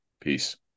Peace